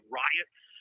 riots